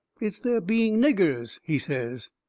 it's their being niggers, he says.